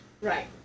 Right